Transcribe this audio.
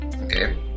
okay